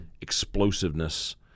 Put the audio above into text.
explosiveness